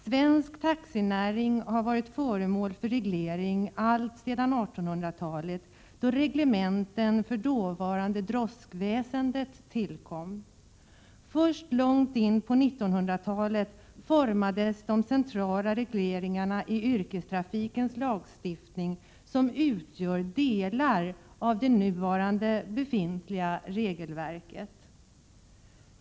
Svensk taxinäring har varit föremål för reglering alltsedan 1800-talet, då reglementen för det dåvarande droskväsendet tillkom. Först långt in på 1900-talet formades de centrala regleringarna i yrkestrafiklagstiftningen — regleringar som utgör delar av det nu befintliga regelverket.